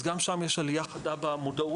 אז גם שם יש עלייה חדה במודעות,